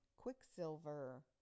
Quicksilver